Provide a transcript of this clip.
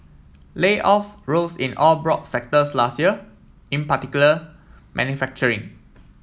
layoffs rose in all broad sectors last year in particular manufacturing